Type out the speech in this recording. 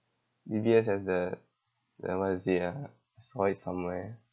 D_B_S have the that one is ya I saw it somewhere